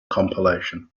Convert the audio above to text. compilation